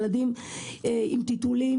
ילדים עם טיטולים,